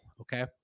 okay